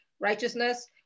righteousness